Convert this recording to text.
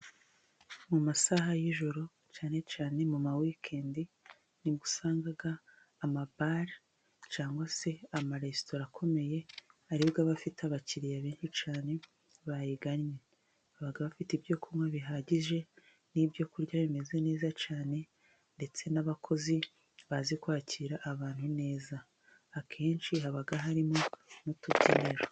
Mu masaha y'ijoro cyane cyane mu ma wikendi, ni bwo usanga amabara cyangwa se amaresitora akomeye, aribwo aba afite abakiriya benshi cyane bayigannye, baba bafite ibyo kunywa bihagije, n'ibyo kurya bimeze neza cyane ndetse n'abakozi bazi kwakira abantu neza ,akenshi haba harimo n'utubyiniro.